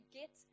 get